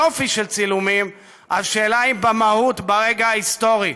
יופי של צילומים, השאלה היא במהות, ברגע ההיסטורי,